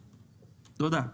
תודה.